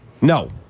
No